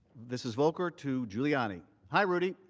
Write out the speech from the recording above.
this is volker to giuliani. hi rudy.